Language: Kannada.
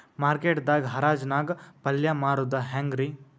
ಮಾರ್ಕೆಟ್ ದಾಗ್ ಹರಾಜ್ ನಾಗ್ ಪಲ್ಯ ಮಾರುದು ಹ್ಯಾಂಗ್ ರಿ?